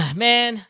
man